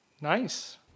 Nice